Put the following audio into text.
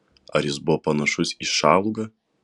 ar jis buvo panašus į šalugą